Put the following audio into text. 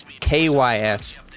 KYS